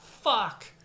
fuck